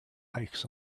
hikes